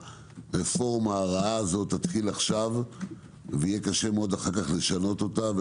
הרפורמה הרעה הזאת תתחיל עכשיו ויהיה קשה מאוד אחר כך לשנות אותה,